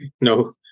No